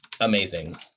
amazing